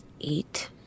eight